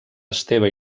esteve